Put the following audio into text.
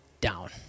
Down